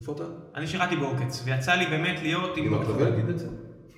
איפה אתה? אני שירתתי בעוקץ, ויצא לי באמת להיות עם... עם הכלבים?